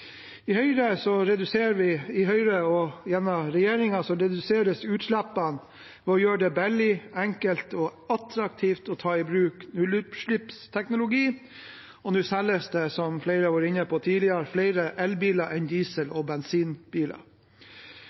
Gjennom Høyre og regjeringen reduseres utslippene ved å gjøre det billig, enkelt og attraktivt å ta i bruk nullutslippsteknologi, og nå selges det – som flere har vært inne på tidligere – flere elbiler enn diesel- og bensinbiler.